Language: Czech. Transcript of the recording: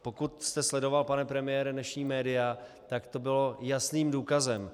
Pokud jste sledoval, pane premiére, dnešní média, tak to bylo jasným důkazem.